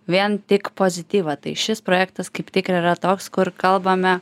vien tik pozityvą tai šis projektas kaip tik ir yra toks kur kalbame